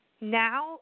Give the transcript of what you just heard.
now